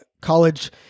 college